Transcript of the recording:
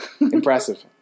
Impressive